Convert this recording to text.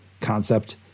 concept